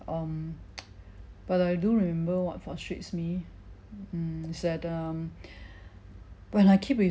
um but I do remember what frustrates me mm is that err when I keep